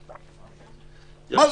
גם בהונג קונג --- ברור,